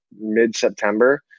mid-September